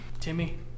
Timmy